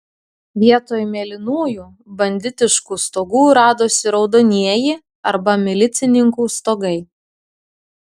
vietoj mėlynųjų banditiškų stogų radosi raudonieji arba milicininkų stogai